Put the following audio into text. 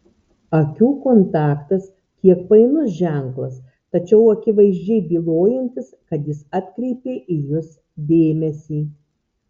akių kontaktas kiek painus ženklas tačiau akivaizdžiai bylojantis kad jis atkreipė į jus dėmesį